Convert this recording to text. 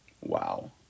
Wow